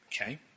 Okay